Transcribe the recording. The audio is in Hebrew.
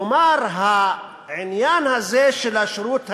כלומר, העניין הזה של השירות האזרחי,